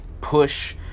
push